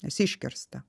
nes iškirsta